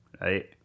right